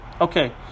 Okay